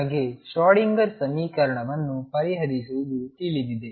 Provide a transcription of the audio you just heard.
ನಿಮಗೆ ಶ್ರೊಡಿಂಗರ್Schrödinger ಸಮೀಕರಣವನ್ನು ಪರಿಹರಿಸುವುದು ತಿಳಿದಿದೆ